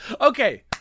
okay